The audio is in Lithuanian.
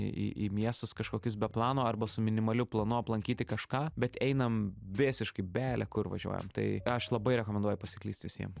į į į miestus kažkokius be plano arba su minimaliu planu aplankyti kažką bet einam visiškai bele kur važiuojam tai aš labai rekomenduoju pasiklyst visiem